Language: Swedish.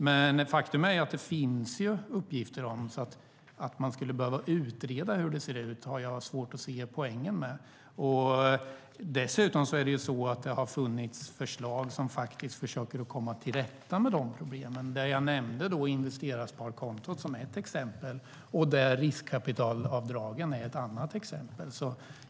Men faktum är att det finns uppgifter om detta, så att man skulle utreda hur det ser ut har jag svårt att se poängen med. Dessutom har det funnits förslag som försöker komma till rätta med de problemen. Jag nämnde investerarsparkontot som ett exempel. Riskkapitalavdragen är ett annat exempel.